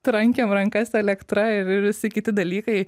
trankėm rankas elektra ir ir visi kiti dalykai